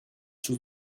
chose